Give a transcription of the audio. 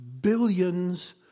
billions